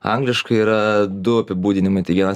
angliškai yra du apibūdinimai tai vienas